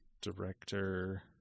director